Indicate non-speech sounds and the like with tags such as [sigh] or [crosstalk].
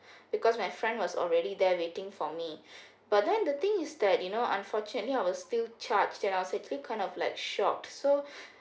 because my friend was already there waiting for me [breath] but then the thing is that you know unfortunately I will still charged then I was actually kind of like shocked so [breath]